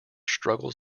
struggles